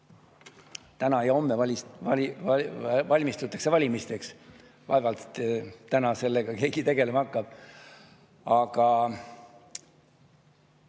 Täna ja homme valmistutakse valimisteks, vaevalt täna keegi sellega tegelema hakkab. Aga